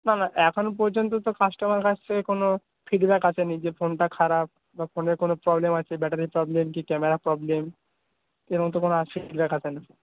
না না এখনও পর্যন্ত তো কাস্টমারের কাছ থেকে কোনও ফিডব্যাক আসেনি যে ফোনটা খারাপ বা ফোনের কোনও প্রব্লেম আছে ব্যাটারি প্রব্লেম কি ক্যামেরা প্রব্লেম এরকম তো কেউ আসেনি দেখাতে